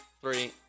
three